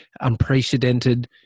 unprecedented